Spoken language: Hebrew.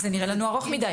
זה נראה לנו ארוך מדי,